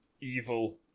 evil